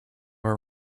are